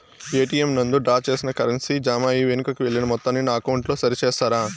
ATM నందు draw చేసిన currency జామ అయి వెనుకకు వెళ్లిన మొత్తాన్ని నా అకౌంట్ లో సరి చేస్తారా?